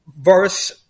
verse